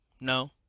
no